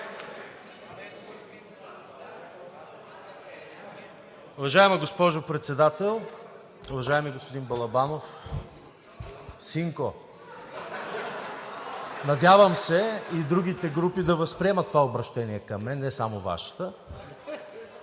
Уважаема госпожо Председател, уважаеми господин Балабанов! Синко, надявам се и другите групи да възприемат това обръщение към мен, не само Вашата,